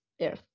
Earth